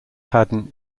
haddon